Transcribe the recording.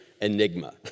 enigma